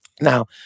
Now